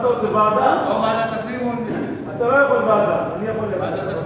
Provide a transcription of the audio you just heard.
אתה לא יכול, ועדה, אני יכול להציע.